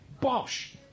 bosh